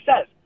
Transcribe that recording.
says